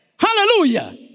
Hallelujah